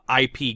IP